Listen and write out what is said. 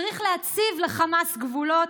צריך להציב לחמאס גבולות,